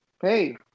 Hey